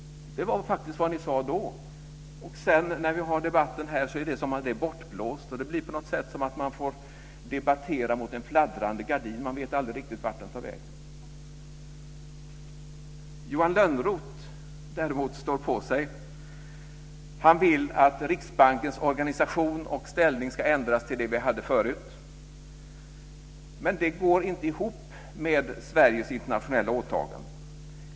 Det sade ni faktiskt då. När vi nu har debatten här är det som bortblåst. På något sätt blir det som att man får debattera mot en fladdrande gardin; man vet aldrig riktigt vart den tar vägen. Johan Lönnroth däremot står på sig. Han vill att Riksbankens organisation och ställning ska ändras till det vi hade förut men det går inte ihop med Sveriges internationella åtaganden.